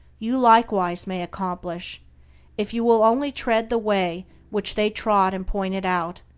you likewise may accomplish if you will only tread the way which they trod and pointed out,